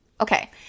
Okay